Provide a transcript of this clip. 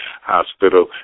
hospital